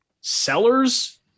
Sellers